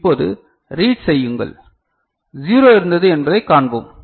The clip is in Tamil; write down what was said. இப்போது ரீட் செய்யுங்கள் 0 இருந்தது என்பதைக் காண்போம்